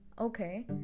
Okay